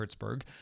Hertzberg